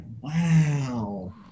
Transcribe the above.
wow